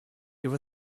there